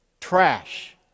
Trash